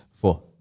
Four